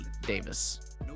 Davis